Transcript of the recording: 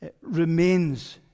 remains